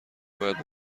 باید